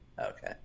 okay